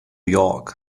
york